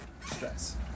stress